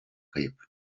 kayıp